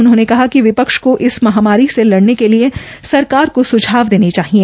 उन्होंने कहा कि विपक्ष को इस महामारी से लड़ने के लिए सरकार को सुझाव देने चाहिए